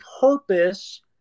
purpose